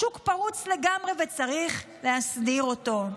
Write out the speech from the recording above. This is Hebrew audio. השוק פרוץ לגמרי וצריך להסדיר" אותו.